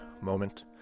moment